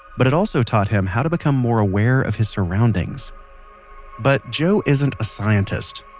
but it also taught him how to become more aware of his surroundings but joe isn't a scientist.